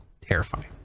Terrifying